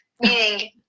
meaning